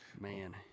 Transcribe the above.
Man